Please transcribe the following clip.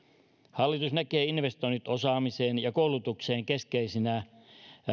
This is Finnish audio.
hallitus näkee investoinnit osaamiseen ja koulutukseen keskeisinä